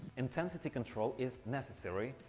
intensity control is necessary!